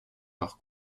par